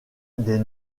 des